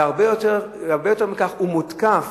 והרבה יותר מכך, הוא מותקף